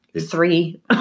three